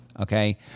Okay